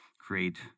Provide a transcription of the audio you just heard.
create